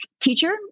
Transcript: teacher